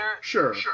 sure